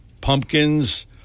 pumpkins